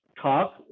talk